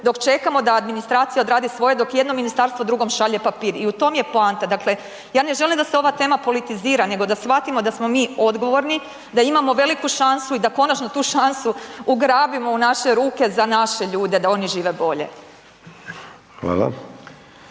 dok čekamo da nam administracija odradi svoje dok jedno ministarstvo drugom šalje papir i u tom je poanta. Dakle, ja ne želim da se ova tema politizira nego da shvatimo da smo mi odgovorni, da imamo veliku šansu i da konačno tu šansu ugrabimo u naše ruke za naše ljude da oni žive bolje.